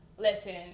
Listen